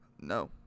No